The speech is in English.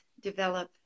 develop